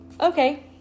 okay